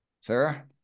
Sarah